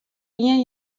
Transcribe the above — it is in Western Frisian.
ien